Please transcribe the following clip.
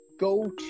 go